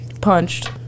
punched